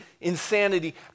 insanity